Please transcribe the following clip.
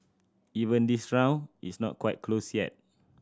even this round it's not quite closed yet